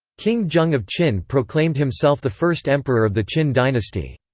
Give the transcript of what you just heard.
king zheng of qin proclaimed himself the first emperor of the qin dynasty.